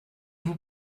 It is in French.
vous